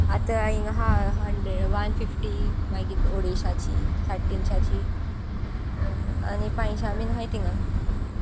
आतां इंग आसाय हंड्रेड वन फिफ्टी मागीर ओडेशाची साडेतिनशाची आनी पांयशां बीन आसाय तिंगा